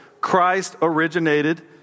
Christ-originated